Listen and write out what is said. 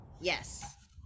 Yes